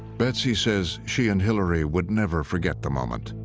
betsy says she and hillary would never forget the moment.